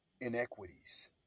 inequities